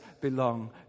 belong